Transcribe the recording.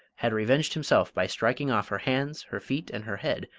had revenged himself by striking off her hands, her feet, and her head,